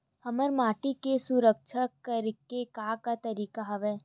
हमर माटी के संरक्षण करेके का का तरीका हवय?